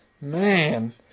Man